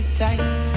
tight